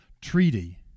treaty